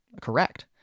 correct